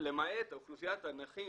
למעט אוכלוסיית הנכים